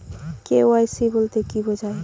KYC বলতে কি বোঝায়?